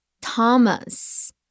Thomas